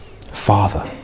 Father